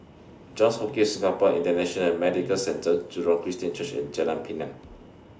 Johns Hopkins Singapore International Medical Centre Jurong Christian Church and Jalan Pinang